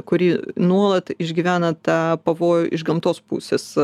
kuri nuolat išgyvena tą pavojų iš gamtos pusės